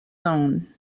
own